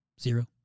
zero